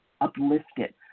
uplifted